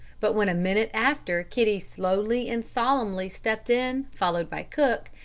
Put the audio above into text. but when a minute after kitty slowly and solemnly stepped in, followed by cook,